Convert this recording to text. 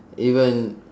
even